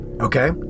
Okay